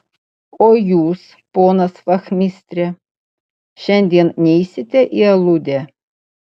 o jūs ponas vachmistre šiandien neisite į aludę